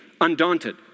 undaunted